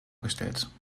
gestellt